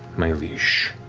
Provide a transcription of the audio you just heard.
my liege.